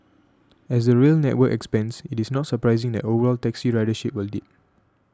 as the rail network expands it is not surprising that overall taxi ridership will dip